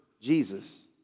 Jesus